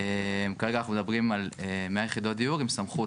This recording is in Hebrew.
כרגע אנחנו מדברים על 100 יחידות דיור עם סמכות